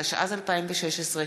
התשע"ז 2016,